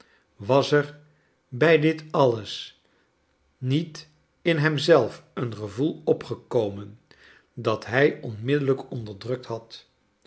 was er bij dit alles niet in hem zelf een gevoel opgekomen dat hij onmiddellijk onderdrukt had